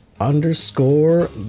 underscore